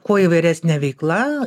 kuo įvairesnė veikla